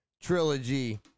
trilogy